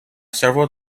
several